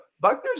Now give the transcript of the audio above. Buckner's